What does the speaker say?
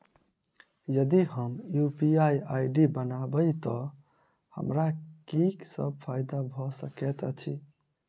यदि हम UPI ID बनाबै तऽ हमरा की सब फायदा भऽ सकैत अछि?